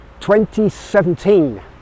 2017